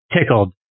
tickled